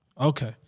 Okay